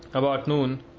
about noon,